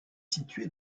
située